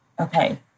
okay